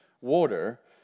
water